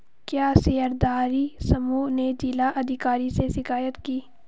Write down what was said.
क्या शेयरधारी समूह ने जिला अधिकारी से शिकायत की?